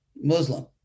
Muslim